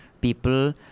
people